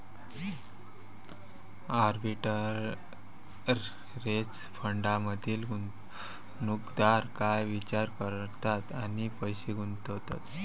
Arbitrage फंडांमधील गुंतवणूकदार काय विचार करतात आणि पैसे गुंतवतात?